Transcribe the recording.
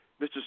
Mr